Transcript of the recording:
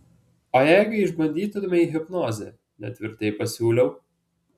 o jeigu išbandytumei hipnozę netvirtai pasiūliau